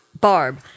Barb